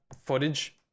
footage